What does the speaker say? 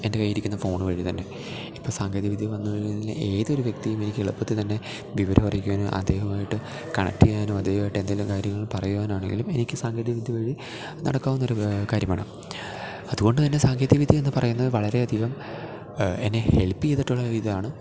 എന്റെ കൈ ഇരിക്കുന്ന ഫോണ് വഴി തന്നെ ഇപ്പം സാങ്കേതികവിദ്യ വന്ന് കഴിഞ്ഞതില് ഏതൊരു വ്യക്തിയേം എനിക്കെളുപ്പത്തിത്തന്നെ വിവരം അറിയിക്കുവാനും അദ്ദേഹവുമായിട്ട് കണക്റ്റെയ്യാനും അദ്ദേഹവായിട്ടെന്തേലും കാര്യങ്ങള് പറയുവാനാണേലും എനിക്ക് സാങ്കേതികവിദ്യ വഴി നടക്കാവുന്നൊരു കാര്യമാണ് അതുകൊണ്ട് തന്നെ സാങ്കേതികവിദ്യ എന്ന് പറയ്ന്നത് വളരെയധികം എന്നെ ഹെല്പ് ചെയ്തിട്ടൊള്ള ഒരിതാണ്